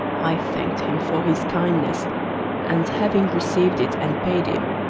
i thanked him for his kindness and, having received it and paid him,